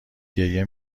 گریه